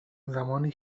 زمانی